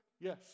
yes